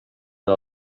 per